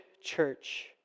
church